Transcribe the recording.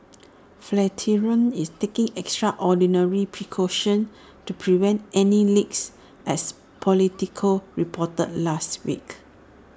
flatiron is taking extraordinary precautions to prevent any leaks as Politico reported last week